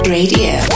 Radio